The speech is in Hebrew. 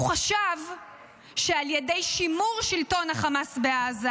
הוא חשב שעל ידי שימור שלטון החמאס בעזה,